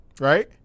right